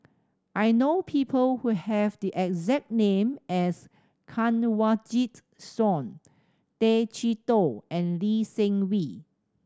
I know people who have the exact name as Kanwaljit Soin Tay Chee Toh and Lee Seng Wee